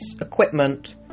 equipment